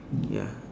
ya